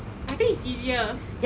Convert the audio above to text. I think it's easier